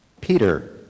Peter